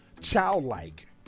childlike